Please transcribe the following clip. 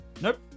Nope